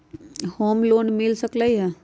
Home loan मिल सकलइ ह?